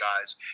guys